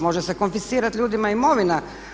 Može se konfiscirati ljudima imovina.